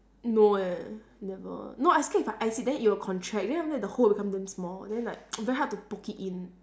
no eh never no I scared if I ice it then it'll contract then after that the hole will become damn small then like very hard to poke it in